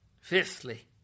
Fifthly